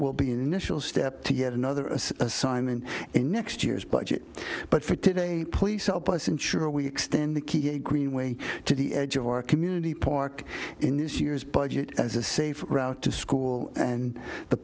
will be an initial step to get another assignment in next year's budget but for today please help us ensure we extend the key a green way to the edge of our community park in this year's budget as a safe route to school and the